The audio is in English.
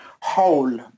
whole